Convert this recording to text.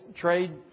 trade